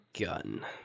gun